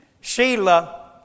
Sheila